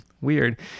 Weird